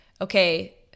okay